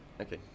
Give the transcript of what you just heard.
Okay